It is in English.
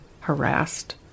harassed